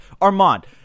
Armand